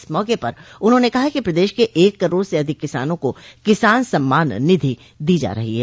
इस मौके पर उन्होंने कहा कि प्रदेश के एक करोड़ से अधिक किसानों को किसान सम्मान निधि दी जा रही है